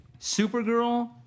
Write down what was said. Supergirl